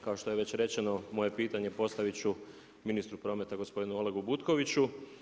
Kao što je već rečeno moje pitanje postavit ću ministru prometa gospodinu Olegu Butkoviću.